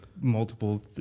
multiple